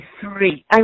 three